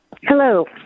Hello